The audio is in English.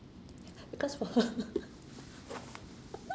because for her